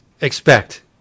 expect